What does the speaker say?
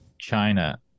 China